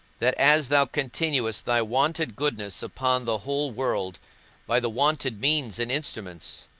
that as thou continuest thy wonted goodness upon the whole world by the wonted means and instruments,